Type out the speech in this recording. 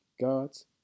God's